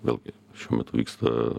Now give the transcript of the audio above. vėlgi šiuo metu vyksta